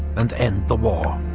and end the war.